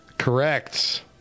Correct